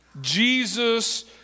Jesus